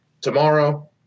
Tomorrow